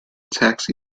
taxi